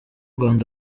rwanda